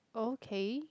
okay